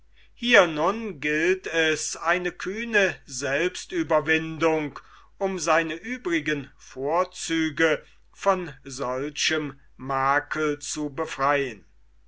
hier nun gilt es eine kühne selbstüberwindung um seine übrigen vorzüge von solchem makel zu befreien